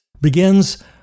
begins